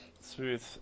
smooth